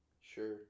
Sure